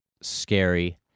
scary